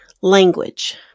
Language